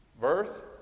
Birth